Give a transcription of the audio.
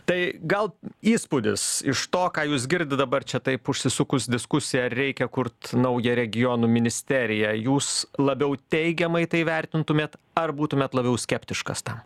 tai gal įspūdis iš to ką jūs girdit dabar čia taip užsisukus diskusija ar reikia kurt naują regionų ministeriją jūs labiau teigiamai tai vertintumėt ar būtumėt labiau skeptiškas tam